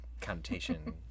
connotation